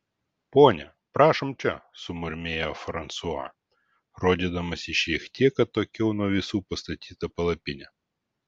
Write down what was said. ponia prašom čia sumurmėjo fransua rodydamas į šiek tiek atokiau nuo visų pastatytą palapinę